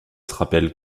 rappelle